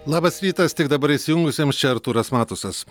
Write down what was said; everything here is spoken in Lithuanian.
labas rytas tik dabar įsijungusiem čia artūras matusas